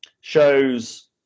shows